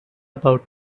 about